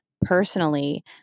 personally